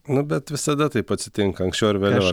nu bet visada taip atsitinka anksčiau ar vėliau